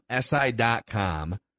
SI.com